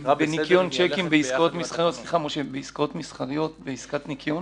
בעסקת ניכיון